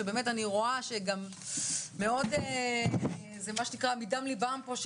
שאני רואה שאנשים מדברים מדם לבם.